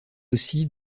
aussi